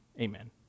amen